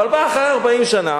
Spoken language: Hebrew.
אבל בא אחרי 40 שנה